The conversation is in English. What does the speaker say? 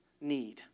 need